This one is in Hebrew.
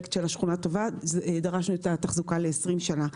בפרויקט של השכונה הטובה דרשנו את התחזוקה לעשרים שנה.